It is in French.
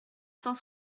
cent